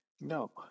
No